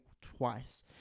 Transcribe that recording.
twice